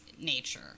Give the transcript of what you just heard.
nature